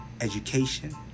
education